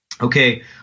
okay